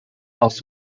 aus